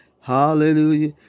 Hallelujah